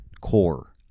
Core